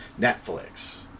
Netflix